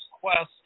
quest